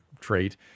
trait